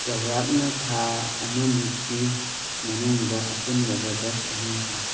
ꯆꯧꯔꯥꯛꯅ ꯊꯥ ꯑꯃꯃꯨꯛꯇꯤ ꯃꯅꯨꯡꯗ ꯑꯄꯨꯟꯕꯗ ꯕꯁ ꯑꯍꯨꯝ ꯁꯥꯈꯤ